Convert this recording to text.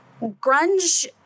grunge